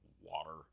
water